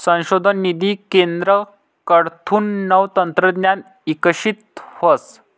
संशोधन निधी केंद्रकडथून नवं तंत्रज्ञान इकशीत व्हस